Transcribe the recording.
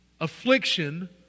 Affliction